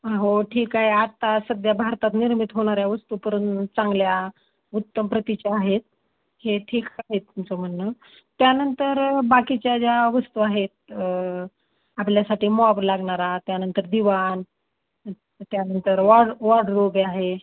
हो ठीक आहे आत्ता सध्या भारतात निर्मित होणाऱ्या वस्तू करून चांगल्या उत्तम प्रतीच्या आहेत हे ठीक आहे तुमचं म्हणणं त्यानंतर बाकीच्या ज्या वस्तू आहेत आपल्यासाठी मॉब लागणारा त्यानंतर दिवाण त्यानंतर वॉड वॉडरोबे आहे